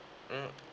mm